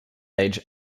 age